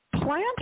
plant